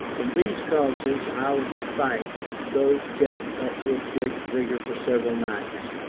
from these causes our fight, though kept up with great vigour for several nights,